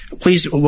Please